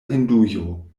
hindujo